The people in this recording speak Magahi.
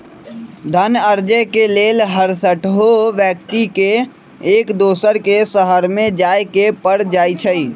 धन अरजे के लेल हरसठ्हो व्यक्ति के एक दोसर के शहरमें जाय के पर जाइ छइ